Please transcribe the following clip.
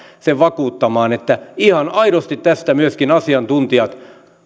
sen vakuuttamaan että ihan aidosti tästä myöskin asiantuntijat